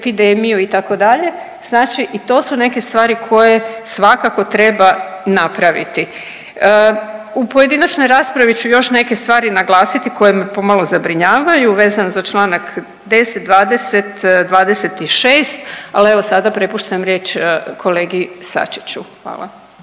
epidemiju itd., znači i to su neke stvari koje svakako treba napraviti. U pojedinačnoj raspravi ću još neke stvari naglasiti koje me pomalo zabrinjavaju vezano za čl. 10., 20., 26., al evo sada prepuštam riječ kolegi Sačiću, hvala.